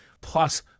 plus